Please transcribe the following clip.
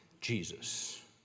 Jesus